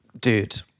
Dude